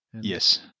Yes